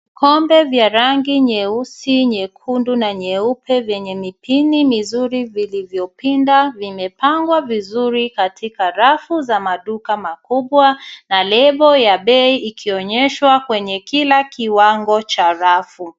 Kombe vya rangi nyeusi, nyekundu na nyeupe vyenye mipini mizuri vilivyopinda vimepangwa vizuri katika rafu za maduka makubwa na lebo ya bei ikionyeshwa kwenye kila kiwango cha rafu.